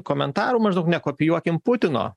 komentarų maždaug nekopijuokim putino